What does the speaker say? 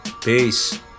Peace